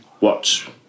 watch